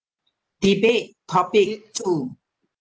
debate topic wo